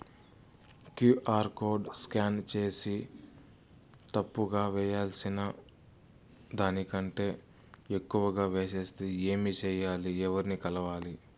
QR code scan సేసి తప్పు గా వేయాల్సిన దానికంటే ఎక్కువగా వేసెస్తే ఏమి సెయ్యాలి? ఎవర్ని కలవాలి?